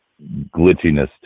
glitchiness